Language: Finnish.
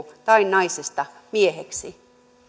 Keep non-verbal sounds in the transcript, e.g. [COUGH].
[UNINTELLIGIBLE] tai naisesta mieheksi